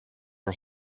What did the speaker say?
are